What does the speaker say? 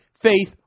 Faith